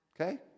okay